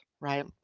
right